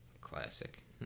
Classic